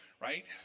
right